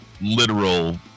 literal